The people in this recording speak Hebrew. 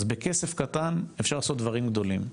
אז בכסף קטן אפשר לעשות דברים גדולים,